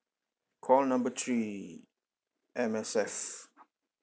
call number three M_S_F